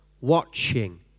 watching